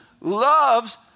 love's